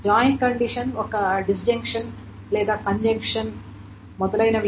join condition ఒక disjunction లేదా conjunction మొదలైనవి